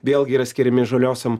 vėlgi yra skiriami žaliosiom